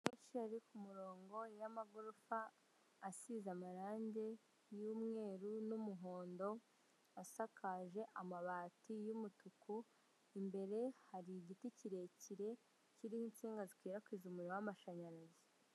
Mariyoti hoteli, ikaba ari ahantu heza hari amafu kuko hateye ibiti bizana akayaga; hakaba hari ubusitani bwiza cyane bunogeye ijisho, buri muntu wese wifuza kuyiraramo ataha anyuzwe.